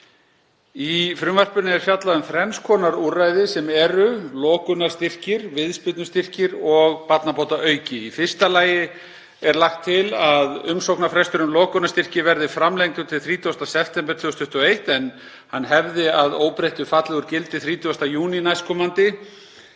Í því er fjallað um þrenns konar úrræði sem eru: lokunarstyrkir, viðspyrnustyrkir og barnabótaauki. Í fyrsta lagi er lagt er til að umsóknarfrestur um lokunarstyrki verði framlengdur til 30. september 2021 en hann hefði að óbreyttu fallið úr gildi 30. júní nk.